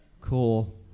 Cool